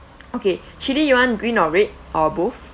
okay chili you want green or red or both